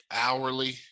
hourly